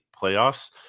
playoffs